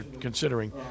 considering